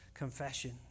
confession